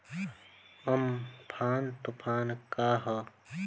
Amphan तुफान का ह?